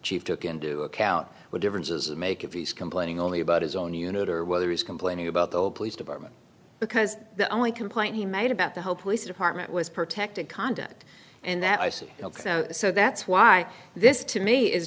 chief took into account what differences make if he's complaining only about his own unit or whether he's complaining about the police department because the only complaint he made about the whole police department was protected conduct and that i see so that's why this to me is